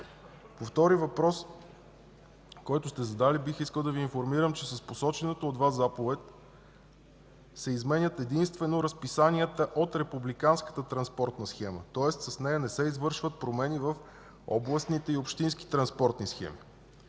По втория въпрос, който сте задали, бих искал да Ви информирам, че с посочената от Вас заповед се изменят единствено разписанията от републиканската транспортна схема, тоест с нея не се извършват промени в областните и общинските транспортни схеми.